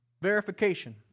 verification